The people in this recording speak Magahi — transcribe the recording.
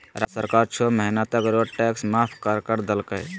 राज्य सरकार छो महीना तक रोड टैक्स माफ कर कर देलकय